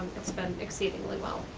it's been exceedingly well.